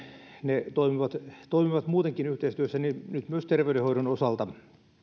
ne toimivat toimivat muutenkin yhteistyössä niin nyt myös terveydenhoidon osalta